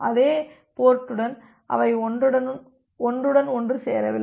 அதே போர்ட்டுடன் அவை ஒன்றுடன் ஒன்று சேரவில்லை